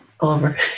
Over